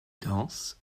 danses